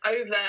over